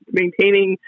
maintaining